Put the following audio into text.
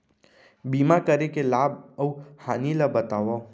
बीमा करे के लाभ अऊ हानि ला बतावव